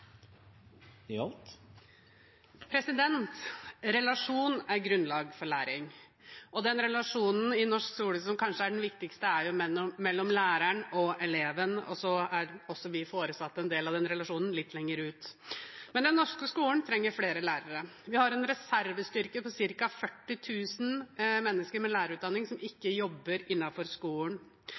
er grunnlaget for læring, og den relasjonen i norsk skole som kanskje er den viktigste, er mellom læreren og eleven – og så er vi foresatte en del av den relasjonen litt lenger ut. Men den norske skolen trenger flere lærere. Vi har en reservestyrke på ca. 40 000 mennesker med lærerutdanning som ikke jobber innenfor skolen.